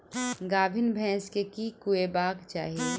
गाभीन भैंस केँ की खुएबाक चाहि?